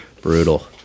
brutal